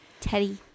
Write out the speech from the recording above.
teddy